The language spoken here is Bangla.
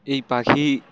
এই পাখি